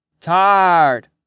Tired